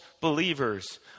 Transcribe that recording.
believers